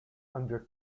under